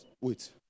Wait